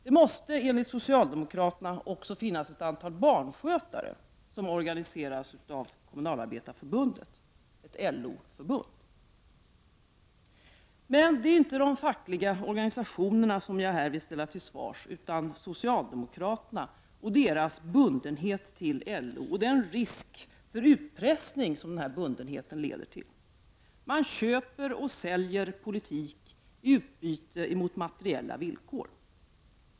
Det måste enligt socialdemokraterna också finnas ett antal barnskötare som organiseras av Kommunalarbetareförbundet, ett LO-förbund. Men det är inte de fackliga organisationerna jag här vill ställa till svars, utan socialdemokraterna och deras bundenhet till LO och den risk för ut pressning som bundenheten leder till. Man köper och säljer politik i utbyte mot materiella vilkor.